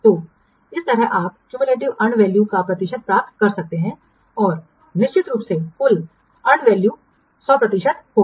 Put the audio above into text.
तो इस तरह आप संचयी अर्न वैल्यू का प्रतिशत प्राप्त कर सकते हैं और निश्चित रूप से कुल अर्जित मूल्य 100 प्रतिशत होगा